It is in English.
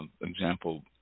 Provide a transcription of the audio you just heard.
example